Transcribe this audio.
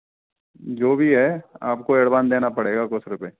जो भी है आपको एडवांस देना पड़ेगा कुछ रुपये